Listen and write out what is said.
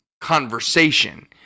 conversation